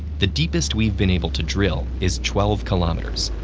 the deepest we've been able to drill is twelve kilometers.